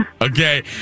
Okay